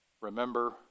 remember